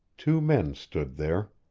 two men stood there.